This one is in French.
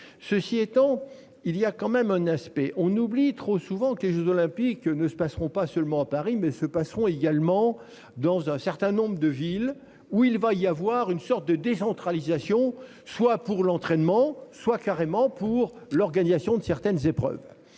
Ceci étant, il y a quand même un aspect on oublie trop souvent que les jeux Olympiques ne se passeront pas seulement à Paris mais se passeront également dans un certain nombre de villes où il va y avoir une sorte de décentralisation soit pour l'entraînement soit carrément pour l'organisation de certaines épreuves